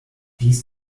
dies